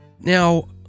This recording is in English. Now